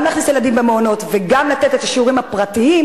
גם להכניס את הילדים למעונות וגם לתת את השיעורים הפרטיים.